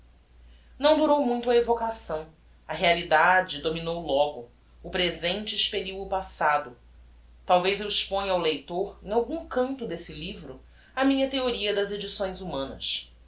não durou muito a evocação a realidade dominou logo o presente expelliu o passado talvez eu exponha ao leitor em algum canto deste livro a minha theoria das edições humanas